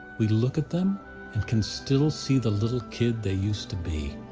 we look at them and can still see the little kid they used to be.